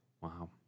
Wow